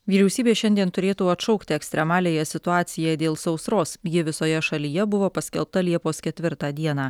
vyriausybė šiandien turėtų atšaukti ekstremaliąją situaciją dėl sausros ji visoje šalyje buvo paskelbta liepos ketvirtą dieną